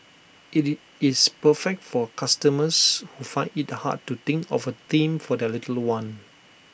IT is it's perfect for customers who find IT hard to think of A theme for their little one